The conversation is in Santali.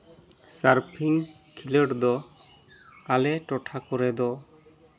ᱥᱟᱨᱯᱷᱤᱝ ᱠᱷᱮᱞᱚᱸᱰ ᱫᱚ ᱟᱞᱮ ᱴᱚᱴᱷᱟ ᱠᱚᱨᱮ ᱫᱚ